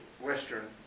Western